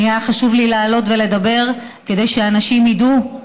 היה חשוב לי לעלות ולדבר כדי שאנשים ידעו,